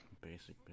Basic